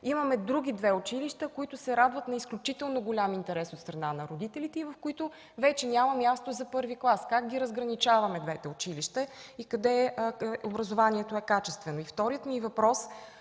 имаме други две, които се радват на изключително голям интерес от страна на родителите и в които вече няма място за първи клас. Как ги разграничаваме двете училища и къде образованието е качествено?